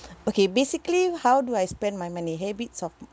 okay basically how do I spend my money habits of